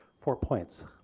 four points.